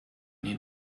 need